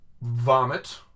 vomit